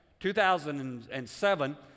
2007